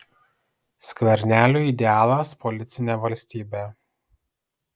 skverneliui idealas policinė valstybė